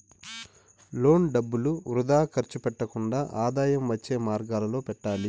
loan డబ్బులు వృథా ఖర్చు పెట్టకుండా ఆదాయం వచ్చే మార్గాలలో పెట్టాలి